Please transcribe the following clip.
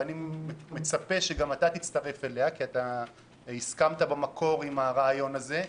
ואני מצפה שגם אתה תצטרף אליה כי הסכמת במקור לרעיון הזה,